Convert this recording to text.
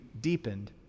deepened